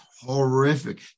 horrific